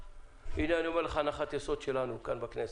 הנה אני אומר לך הנחת יסוד שלנו כאן בכנסת.